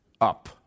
up